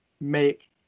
make